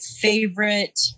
favorite